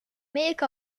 make